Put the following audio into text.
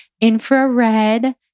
infrared